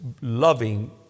loving